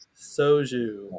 Soju